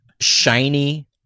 shiny